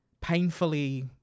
painfully